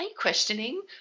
questioning